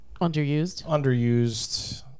Underused